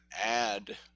add